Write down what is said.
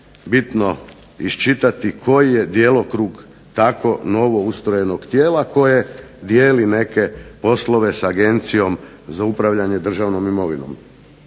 bitno iščitati koji je djelokrug tako novoustrojenog tijela koje dijeli neke poslove s Agencijom za upravljanje državnom imovinom.